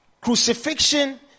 crucifixion